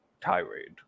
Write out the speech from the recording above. tirade